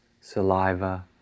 saliva